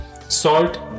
salt